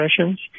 sessions